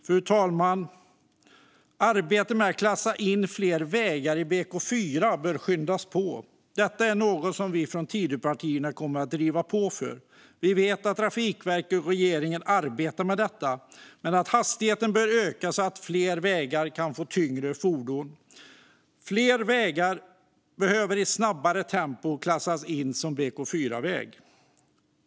Arbetet med att klassa in fler vägar i BK4 bör skyndas på. Detta är något som vi från Tidöpartierna kommer att driva på för. Vi vet att Trafikverket och regeringen arbetar med detta, men hastigheten bör öka så att fler vägar kan användas för tyngre fordon. Fler vägar behöver i ett snabbare tempo klassas som BK4-vägar.